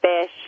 fish